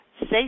safe